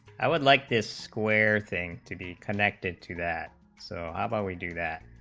i would like this square thing to be connected to that so, um ah we do that,